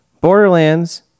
Borderlands